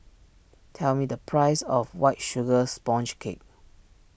tell me the price of White Sugar Sponge Cake